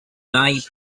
night